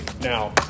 Now